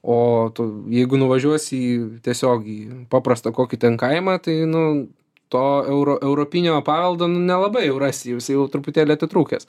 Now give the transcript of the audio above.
o tu jeigu nuvažiuosi į tiesiog į paprastą kokį ten kaimą tai nu to euro europinio paveldo nu nelabai jau rasi jau jisai truputėlį atitrūkęs